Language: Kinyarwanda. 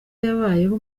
yabayeho